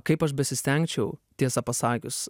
kaip aš besistengčiau tiesą pasakius